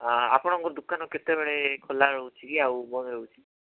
ଆଁ ଆପଣଙ୍କ ଦୋକାନ କେତେବେଳେ ଖୋଲା ରହୁଛି ଆଉ ବନ୍ଦ ରହୁଛି